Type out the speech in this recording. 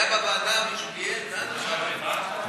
לכן,